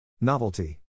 Novelty